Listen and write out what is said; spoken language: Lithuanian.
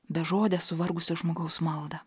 bežodę suvargusio žmogaus maldą